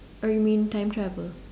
or you mean time travel